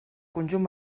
conjunt